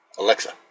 Alexa